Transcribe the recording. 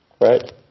right